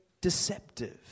deceptive